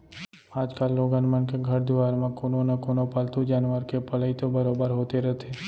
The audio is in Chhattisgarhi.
आजकाल लोगन मन के घर दुवार म कोनो न कोनो पालतू जानवर के पलई तो बरोबर होते रथे